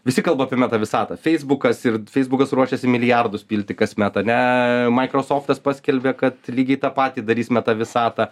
visi kalba apie meta visatą feisbukas ir feisbukas ruošiasi milijardus pilti kasmet ane maikrosoftas paskelbė kad lygiai tą patį darys meta visatą